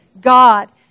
God